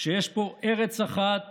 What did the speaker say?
שיש פה ארץ אחת